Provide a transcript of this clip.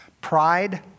Pride